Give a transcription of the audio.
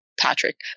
patrick